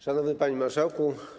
Szanowny Panie Marszałku!